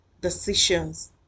decisions